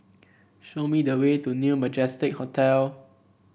show me the way to New Majestic Hotel